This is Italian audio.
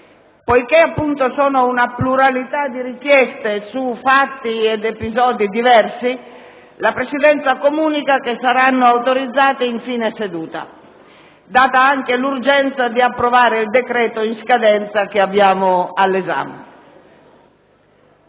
Poiché si tratta di una pluralità di richieste su fatti ed episodi diversi, la Presidenza comunica che esse saranno autorizzate a fine seduta, considerata anche l'urgenza di approvare il decreto-legge in scadenza che abbiamo al nostro